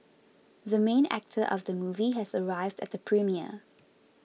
the main actor of the movie has arrived at the premiere